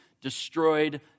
destroyed